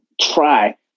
try